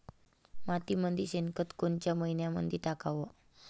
मातीमंदी शेणखत कोनच्या मइन्यामंधी टाकाव?